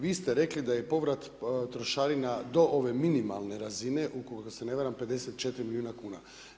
Vi ste rekli da je povrat trošarina do ove minimalne razine, ukoliko se ne varam 54 milijuna kuna.